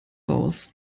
raus